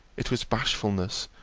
it was bashfulness,